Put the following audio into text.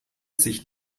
sich